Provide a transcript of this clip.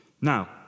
Now